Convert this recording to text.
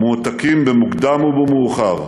מועתקים במוקדם או במאוחר